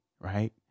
right